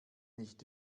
nicht